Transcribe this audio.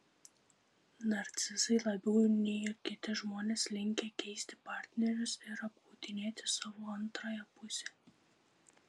narcizai labiau nei kiti žmonės linkę keisti partnerius ir apgaudinėti savo antrąją pusę